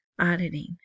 auditing